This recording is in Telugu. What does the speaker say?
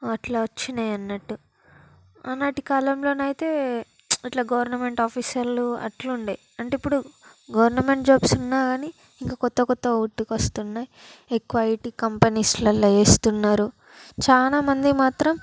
అట్లా వచ్చాయి అన్నట్టు ఆనాటి కాలంలో అయితే ఇట్లా గవర్నమెంట్ ఆఫీసర్లు అట్లా ఉండేది అంటే ఇప్పుడు గవర్నమెంట్ జాబ్స్ ఉన్నా కానీ ఇంకా క్రొత్త క్రొత్తగా వుట్టుకొస్తున్నాయి ఎక్కువ ఐటి కంపనీస్లలో చేస్తున్నారు చాలా మంది మాత్రం